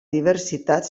diversitat